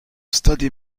study